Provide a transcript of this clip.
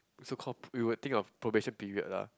so call we were think of probation period lah